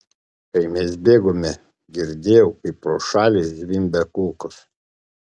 kai mes bėgome girdėjau kaip pro šalį zvimbia kulkos